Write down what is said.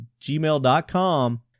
gmail.com